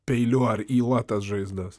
peiliu ar yla tas žaizdas